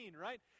right